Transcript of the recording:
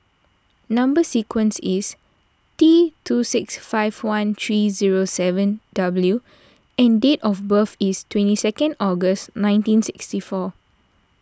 Number Sequence is T two six five one three zero seven W and date of birth is twenty second August nineteen sixty four